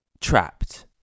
trapped